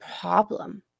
problem